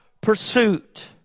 pursuit